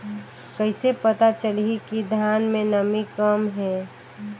कइसे पता चलही कि धान मे नमी कम हे?